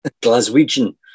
Glaswegian